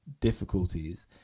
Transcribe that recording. difficulties